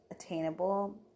attainable